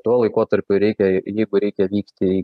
tuo laikotarpiu reikia jeigu reikia vykti į